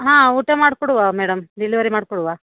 ಹಾಂ ಊಟ ಮಾಡಿಕೊಡುವ ಮೇಡಮ್ ಡೆಲಿವರಿ ಮಾಡಿಕೊಡುವ